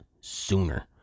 sooner